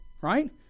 right